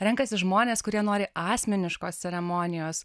renkasi žmonės kurie nori asmeniškos ceremonijos